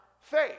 faith